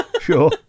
Sure